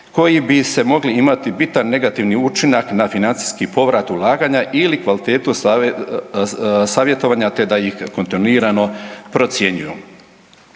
koji bi mogli imati bitan negativni učinak na financijski povrat ulaganja ili kvalitetu savjetovanja te da ih kontinuirano procjenjuju.